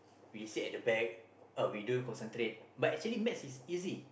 we sit at the back uh we don't concentrate but actually maths is easy